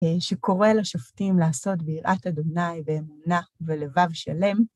שקורא לשופטים לעשות בירת אדוני ומונח ולבב שלם.